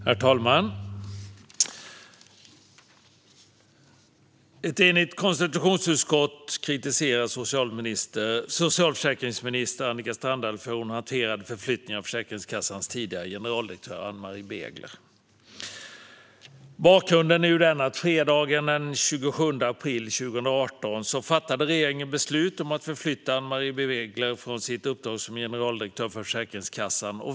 Herr talman! Ett enigt konstitutionsutskott kritiserar socialförsäkringsminister Annika Strandhäll för hur hon hanterade förflyttningen av Försäkringskassans tidigare generaldirektör Ann-Marie Begler. Bakgrunden är att regeringen fredagen den 27 april 2018 fattade beslut om att förflytta Ann-Marie Begler från hennes uppdrag som generaldirektör för Försäkringskassan.